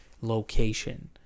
location